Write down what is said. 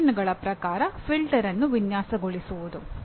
ವಿಶೇಷಣಗಳ ಪ್ರಕಾರ ಫಿಲ್ಟರ್ ಅನ್ನು ವಿನ್ಯಾಸಗೊಳಿಸುವುದು